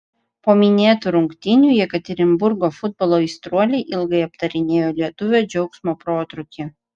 po minėtų rungtynių jekaterinburgo futbolo aistruoliai ilgai aptarinėjo lietuvio džiaugsmo protrūkį